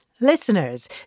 Listeners